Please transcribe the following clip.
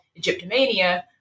egyptomania